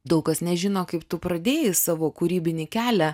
daug kas nežino kaip tu pradėjai savo kūrybinį kelią